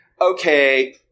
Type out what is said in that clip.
okay